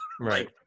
Right